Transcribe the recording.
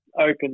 open